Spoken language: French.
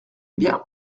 bien